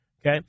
Okay